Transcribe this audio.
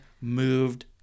moved